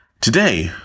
Today